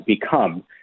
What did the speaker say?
become